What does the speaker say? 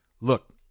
Look